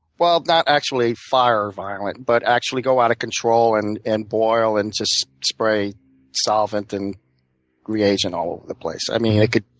well, not actually fire violent, but actually go out of control and and boil and just spray solvent and reagent all over the place. i mean it could